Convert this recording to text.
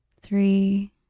three